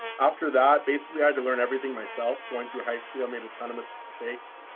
after that, basically i had to learn everything myself going through high school, i made a ton um of mistakes.